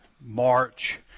March